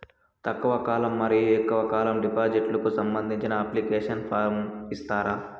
తక్కువ కాలం మరియు ఎక్కువగా కాలం డిపాజిట్లు కు సంబంధించిన అప్లికేషన్ ఫార్మ్ ఇస్తారా?